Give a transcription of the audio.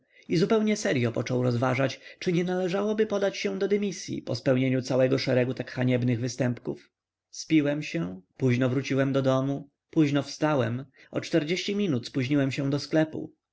i zupełnie seryo począł rozważać czy nie należało podać się do dymisyi po spełnieniu całego szeregu tak haniebnych występków spiłem się późno wróciłem do domu późno wstałem o czterdzieści minut spóźniłem się do sklepu